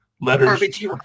letters